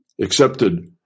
accepted